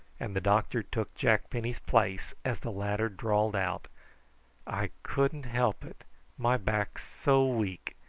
and the doctor took jack penny's place as the latter drawled out i couldn't help it my back's so weak.